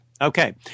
okay